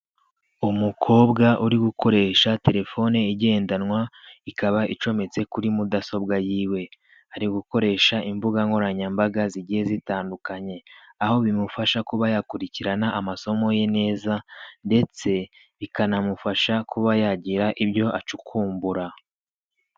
Umukobwa uri gukoresha telefone igendanwa ikaba icometse kuri mudasobwa yiwe. Ari gukoresha imbuga nkoranyambaga zigiye zitandukanye aho bimufasha kuba yakurikirana amasomo ye neza, ndetse bikanamufasha kuba yagira ibyo acukumbura.